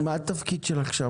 מה התפקיד שלך?